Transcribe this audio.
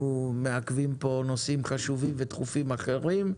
מעכבים פה נושאים חשובים ודחופים אחרים.